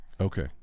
Okay